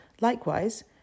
Likewise